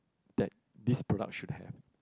that this product should have